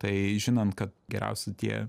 tai žinant kad geriausi tie